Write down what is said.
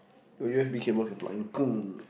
got U_S_B cable can plug in